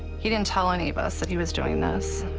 he didn't tell any of us that he was doing this.